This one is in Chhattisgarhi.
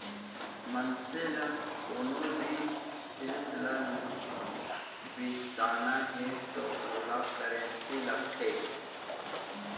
मनसे ल कोनो भी जिनिस ल बिसाना हे त ओला करेंसी लागथे